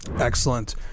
excellent